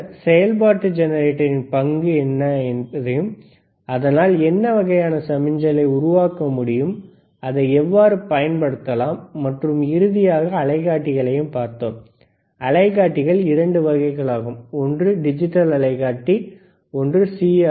பின்னர் செயல்பாட்டு ஜெனரேட்டரின் பங்கு என்ன அதனால் எந்த வகையான சமிக்ஞைகளை உருவாக்க முடியும் அதை எவ்வாறு பயன்படுத்தலாம் மற்றும் இறுதியாக அலைக்காட்டிகளையும் பார்த்தோம் அலைக்காட்டிகள் 2 வகைகளாகும் ஒன்று டிஜிட்டல் அலைக்காட்டி ஒன்று சி